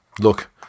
Look